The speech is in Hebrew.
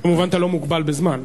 כמובן אתה לא מוגבל בזמן.